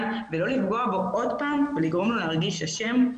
ולא לפגוע בו עוד פעם ולגרום לו להרגיש אשם.